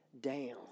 down